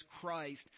Christ